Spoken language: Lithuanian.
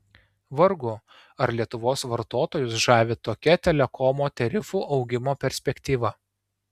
vargu ar lietuvos vartotojus žavi tokia telekomo tarifų augimo perspektyva